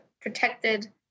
protected